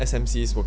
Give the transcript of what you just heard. S_M_Cs will